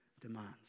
demands